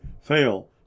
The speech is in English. fail